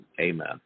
Amen